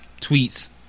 Tweets